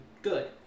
Good